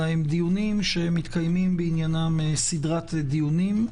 אלא מתקיימים בעניינם מספר דיונים.